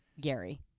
Gary